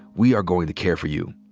we are going to care for you.